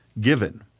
given